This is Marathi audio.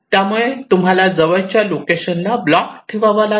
त्यामुळे तुम्हाला जवळच्या लोकेशनला ब्लॉक ठेवावा लागेल